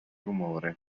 rumore